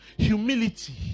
humility